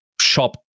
shop